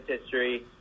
history